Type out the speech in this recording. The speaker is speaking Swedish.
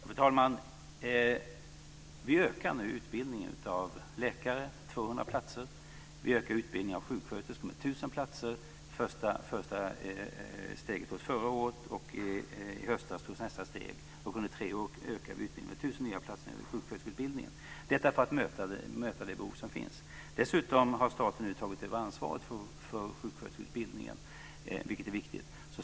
Fru talman! Vi ökar nu utbildningen av läkare med 200 platser. Vi ökar utbildningen av sjuksköterskor med 1 000 platser. Första steget togs förra året och i höst togs nästa steg. Under tre år ökar vi antalet nya platser i sjuksköterskeutbildningen för att möta det behov som finns. Dessutom har staten tagit över ansvaret för sjuksköterskeutbildningen, vilket är viktigt.